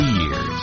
years